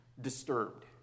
disturbed